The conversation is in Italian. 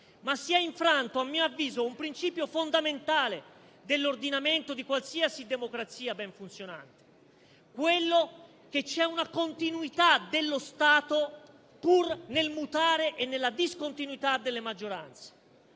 ma si è infranto, a mio avviso, un principio fondamentale dell'ordinamento di qualsiasi democrazia ben funzionante: la continuità dello Stato pur nel mutare e nella discontinuità delle maggioranze.